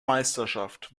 meisterschaft